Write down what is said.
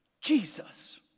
Jesus